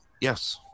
Yes